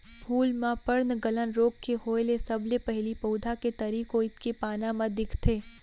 फूल म पर्नगलन रोग के होय ले सबले पहिली पउधा के तरी कोइत के पाना म दिखथे